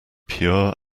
pure